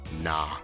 Nah